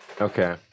Okay